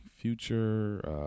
future